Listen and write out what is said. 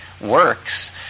works